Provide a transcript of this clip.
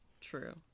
True